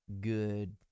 good